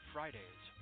Fridays